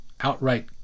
outright